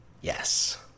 Yes